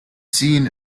seen